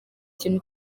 kintu